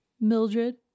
Mildred